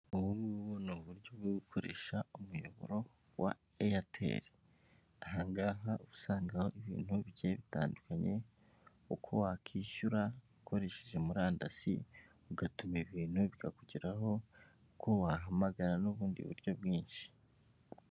Ubu ngubu ni uburyo bwo gukoresha umuyoboro wa eyateri, aha ngaha usangaho ibintu bigiye bitandukanye uko wakwishyura ukoresheje murandasi ugatuma ibintu bikakugeraho, uko wahamagana n'ubundi buryo bwinshi.